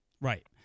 Right